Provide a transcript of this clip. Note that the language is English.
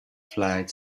flight